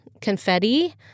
confetti